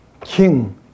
King